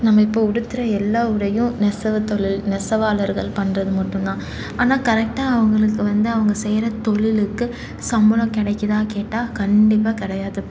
நம்ம இப்போ உடுத்துகிற எல்லா உடையும் நெசவுத்தொழில் நெசவாளர்கள் பண்ணுறது மட்டுந்தான் ஆனால் கரெக்டாக அவங்களுக்கு வந்து அவங்க செய்கிற தொழிலுக்கு சம்பளம் கிடைக்கிதா கேட்டால் கண்டிப்பாக கிடையாது